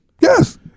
Yes